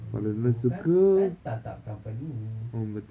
dia orang kan startup company